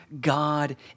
God